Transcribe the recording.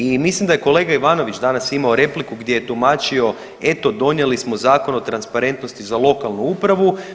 I mislim da je kolega Ivanović danas imao repliku, gdje je tumačio eto donijeli smo Zakon o transparentnosti za lokalnu upravu.